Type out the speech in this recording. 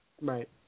Right